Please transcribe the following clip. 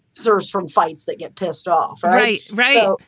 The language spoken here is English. zeus from fights that get pissed off. right. right.